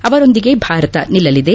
ಅವರೊಂದಿಗೆ ಭಾರತ ನಿಲ್ಲಲಿದೆ